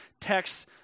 texts